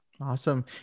Awesome